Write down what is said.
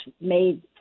made